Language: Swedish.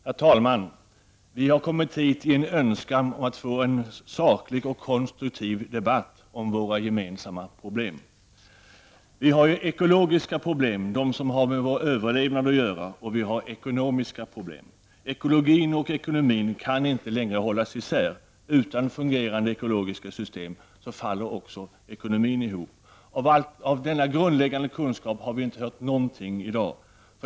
Herr talman! Vi har kommit hit med önskan om att få en saklig och konstruktiv debatt om våra gemensamma problem. Vi har ju ekologiska problem, de som har med vår överlevnad att göra, och vi har ekonomiska problem. Ekologin och ekonomin kan inte längre hållas isär. Utan fungerande ekologiska system faller också ekonomin ihop. Av denna grundläggande kunskap har vi inte hört något i dag.